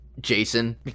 Jason